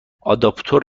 آداپتور